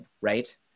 right